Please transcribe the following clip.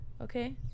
Okay